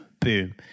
Boom